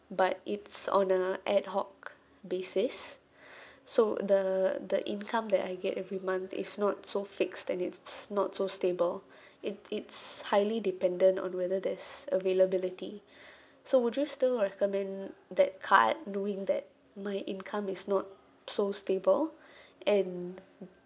but it's on a ad-hoc basis so the the income that I get every month is not so fixed and it's not so stable it it's highly dependent on whether there's availability so would you still recommend that card knowing that my income is not so stable and